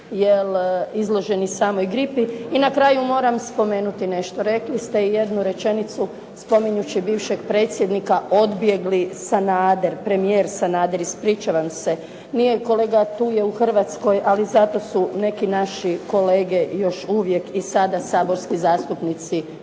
manje izloženi samoj gripi. I na kraju moram spomenuti nešto. Rekli ste jednu rečenicu spominjući bivšeg predsjednika "Odbjegli Sanader", premijer Sanader, ispričavam se. Nije kolega, tu je u Hrvatskoj, ali zato su neki naši kolege još uvijek i sada saborski zastupnici